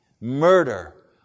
murder